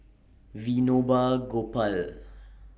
Vinoba Gopal